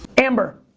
amber,